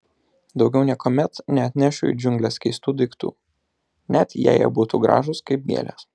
daugiau niekuomet neatnešiu į džiungles keistų daiktų net jei jie būtų gražūs kaip gėlės